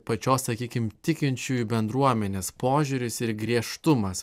pačios sakykim tikinčiųjų bendruomenės požiūris ir griežtumas